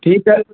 ठीकु आहे